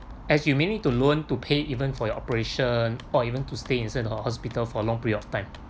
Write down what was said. as you may need to loan to pay even for your operation or even to stay inside a hospital for a long period of time